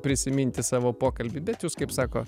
prisiminti savo pokalbį bet jūs kaip sako